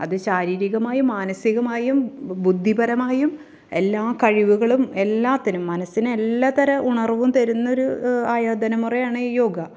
അതു ശാരീരികമായും മാനസ്സികമായും ബുദ്ധിപരമായും എല്ലാ കഴിവുകളും എല്ലാറ്റിനും മനസ്സിന് എല്ലാത്തര ഉണർവ്വും തരുന്നൊരു ആയോധന മുറയാണ് ഈ യോഗ